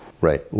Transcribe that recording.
Right